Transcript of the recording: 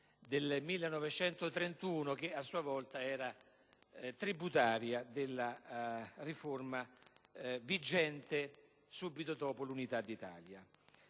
del 1931 che, a sua volta, era tributaria della riforma vigente subito dopo l'unità d'Italia.